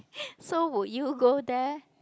so would you go there